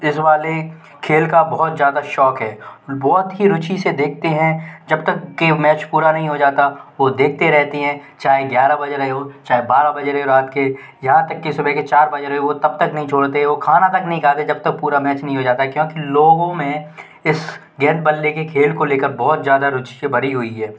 इस वाले खेल का बहुत ज़्यादा शौक़ है बहुत ही रुचि से देखते हैं जब तक के मैच पूरा नहीं हो जाता वो देखते रहते हैं चाहे ग्यारह बज रहे हों चाहे बारह बज रहे हों रात के यहाँ तक की सुबह के चार बज रहे हों तब तक नहीं छोड़ते वो खाना तक नहीं खाते जब तक पूरा मैच नहीं हो जाता क्योंकि लोगों में इस गेंद बल्ले के खेल को ले कर बहुत ज़्यादा रुचि से भरी हुई है